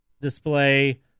display